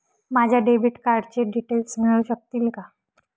माझ्या डेबिट कार्डचे डिटेल्स मिळू शकतील का?